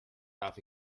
darf